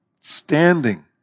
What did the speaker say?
Standing